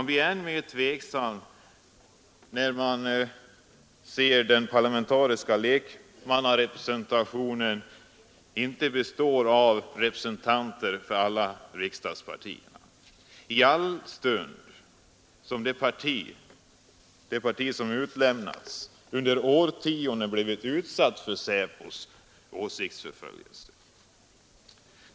Och ännu mer tveksam blir man över att en parlamentarisk lekmannarepresentation inte består av representanter för alla riksdagspartier, särskilt som det parti som utelämnats under årtionden blivit utsatt för SÄPO:s åsiktsförföljelse.